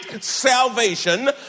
salvation